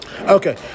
Okay